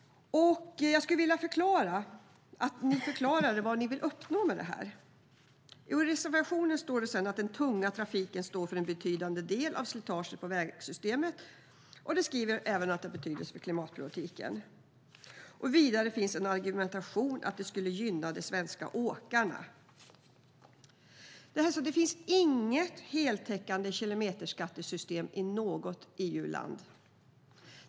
Jag skulle vilja att ni förklarar vad det är ni vill uppnå med det här. I reservationen står att den tunga trafiken står för en betydande del av slitaget på vägsystemet, och ni skriver även att det har betydelse för klimatproblematiken. Vidare finns en argumentation om att det skulle gynna de svenska åkarna. Det finns inget heltäckande kilometerskattesystem i något EU-land.